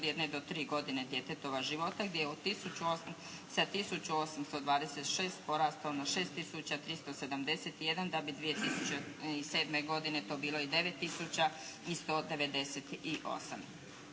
od jedne do tri godine djetetova života gdje je sa tisuću 826 porastao na 6 tisuća 371 da bi 2007. godine to bilo i 9